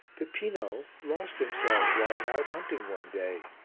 pipino lost himself while out hunting one day,